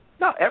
No